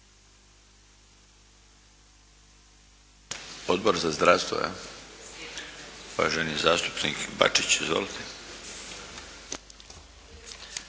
Odbor za zdravstvo? Uvaženi zastupnik Bačić. Izvolite!